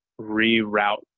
reroute